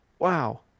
Wow